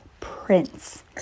Prince